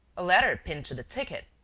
a letter pinned to the ticket.